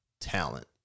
talent